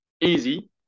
easy